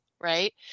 right